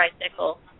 tricycle